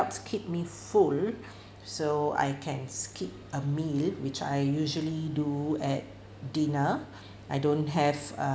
what's keep me full so I can skip a meal which I usually do at dinner I don't have a